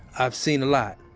i've seen a lot.